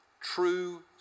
true